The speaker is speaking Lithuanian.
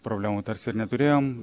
problemų tarsi ir neturėjom